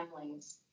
families